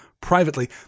privately